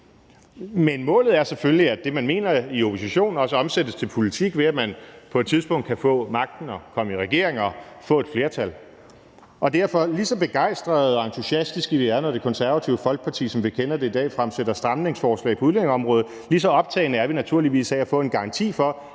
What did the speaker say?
Men målet er selvfølgelig, at det, man mener i opposition, også omsættes til politik, ved at man på et tidspunkt kan få magten og komme i regering og få et flertal. Derfor vil jeg sige, at lige så begejstrede og entusiastiske vi er, når Det Konservative Folkeparti, som vi kender det i dag, fremsætter stramningsforslag på udlændingeområdet, lige så optaget er vi naturligvis af at få en garanti for,